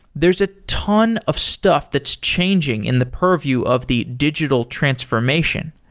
there's a ton of stuff that's changing in the purview of the digital transformation.